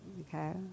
Okay